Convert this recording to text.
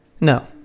no